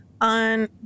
on